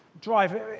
drive